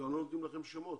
הרי הם לא נותנים לכם שמות.